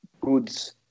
goods